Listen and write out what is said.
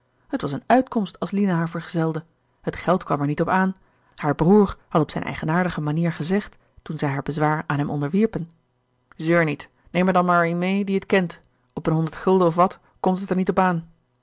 het was eene uitkomst als lina haar vergezelde het geld kwam er niet op aan haar broer had op zijne eigenaardige manier gezegd toen zij haar bezwaar aan hem onderwierpen zeur niet neem er dan maar een mee die t kent op een honderd gulden of wat komt het er niet op aan